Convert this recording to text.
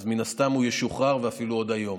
אז מן הסתם הוא ישוחרר, ואפילו עוד היום.